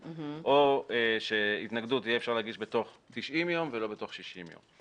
או שהתנגדות אפשר יהיה להגיש בתוך 90 ולא בתוך 60 יום.